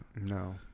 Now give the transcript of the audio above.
no